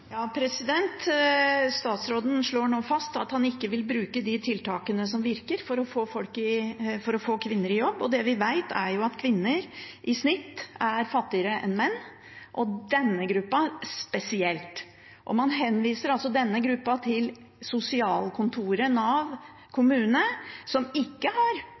Statsråden slår nå fast at han ikke vil bruke de tiltakene som virker for å få kvinner i jobb. Det vi vet, er at kvinner i snitt er fattigere enn menn, og denne gruppa spesielt. Man henviser altså denne gruppa til sosialkontor, Nav, kommune, som ikke har